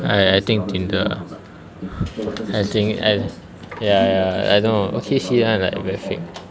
ya ya I think tinder I think I ya ya ya I don't know O_K_C [one] like very fake